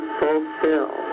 fulfill